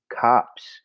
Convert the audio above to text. cops